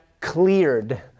cleared